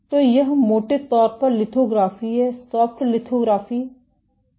तो यह मोटे तौर पर लिथोग्राफी है सॉफ्ट लिथोग्राफी क्या है